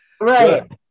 right